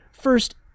First